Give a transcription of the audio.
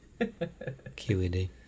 QED